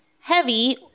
heavy